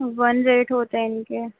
one rate ہوتا اِن کے